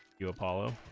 you apollo